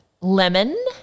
lemon